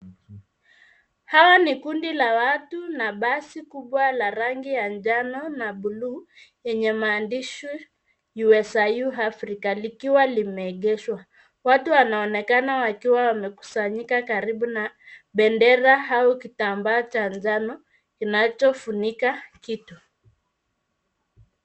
Hawa ni kundi la watu na basi kubwa la rangi ya njano na bluu yenye maandishi USIU Afrika likiwa limeegeshwa. Watu wanaonekana wakiwa wamekusanyika karibu na bendera au kitambaa cha njano kinachofunika kitu.